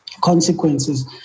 consequences